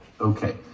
Okay